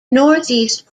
northeast